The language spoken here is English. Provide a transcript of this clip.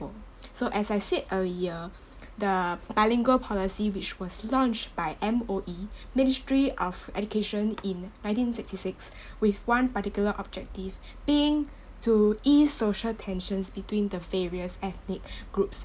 ~pore so as I said earlier the bilingual policy which was launched by M_O_E ministry of education in nineteen sixty six with one particular objective being to ease social tensions between the various ethnic groups